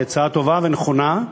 היא הצעה טובה ונכונה.